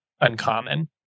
uncommon